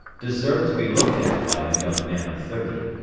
deserved to be looked at by a young man of thirty.